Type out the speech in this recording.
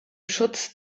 schutz